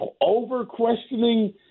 over-questioning